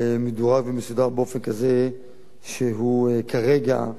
מדורג ומסודר באופן כזה שהוא כרגע,